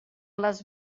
les